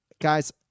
Guys